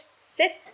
sit